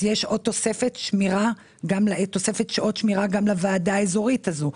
תוספת שעות שמירה גם לוועדה האזורית הזו.